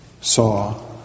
saw